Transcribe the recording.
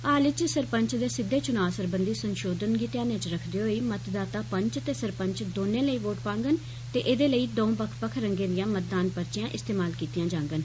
हाल इच सरपंच दे सिदघे चुनाव सरबंधी संशोधन गी ध्यानै इच रक्खदे होई मतदाता पंच ते सरपंच दौनें लेई वोट पाङन ते एदे लेई दौं बक्ख बक्ख रंगें दियां मतदान पर्चियां इस्तेमाल कीत्तियां जाड़न